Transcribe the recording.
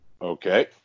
Okay